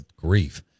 grief